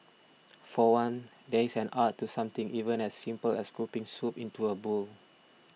for one there is an art to something even as simple as scooping soup into a bowl